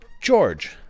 George